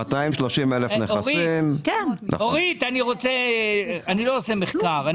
אורית, אני לא עושה מחקר.